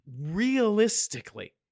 realistically